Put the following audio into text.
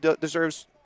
deserves